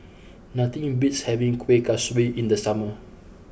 nothing beats having Kueh Kaswi in the summer